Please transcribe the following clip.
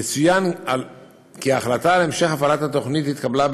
יצוין כי ההחלטה על המשך הפעלת התוכנית התקבלה,